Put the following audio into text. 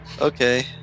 Okay